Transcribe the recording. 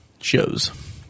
shows